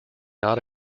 not